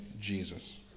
Jesus